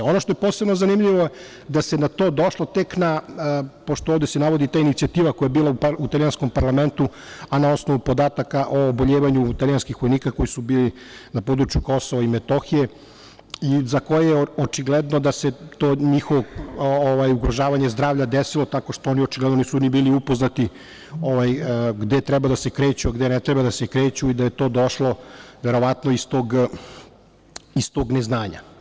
Ono što je posebno zanimljivo je da se na to došlo tek, pošto se ovde navodi ta inicijativa koja je bila u italijanskom parlamentu, na osnovu podataka o oboljevanju italijanskih vojnika koji su bili na području KiM i za koje je očigledno da se to njihovo ugrožavanje zdravlja desilo tako što oni nisu ni bili upoznati gde treba da se kreću, a gde ne treba da se kreću i da je to došlo verovatno iz tog neznanja.